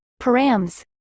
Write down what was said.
params